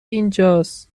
اینجاس